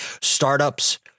startups